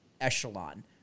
echelon